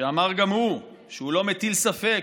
שאמר גם הוא שהוא לא מטיל ספק,